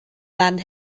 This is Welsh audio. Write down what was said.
fan